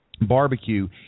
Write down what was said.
barbecue